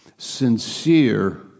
Sincere